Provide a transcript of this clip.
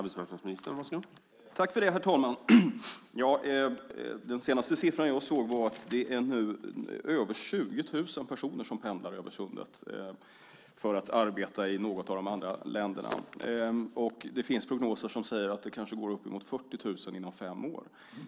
Herr talman! Den senaste siffran jag såg visade att över 20 000 personer nu pendlar över Sundet för att arbeta i något av länderna. Det finns prognoser som säger att den kanske stiger uppemot 40 000 inom fem år.